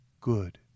good